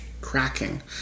cracking